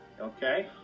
okay